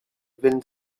wind